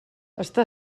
està